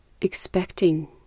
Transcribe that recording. expecting